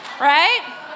Right